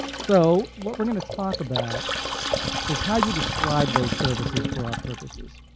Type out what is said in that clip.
so what we're going to talk about is how you describe those services for our purposes.